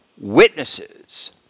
witnesses